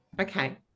okay